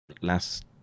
last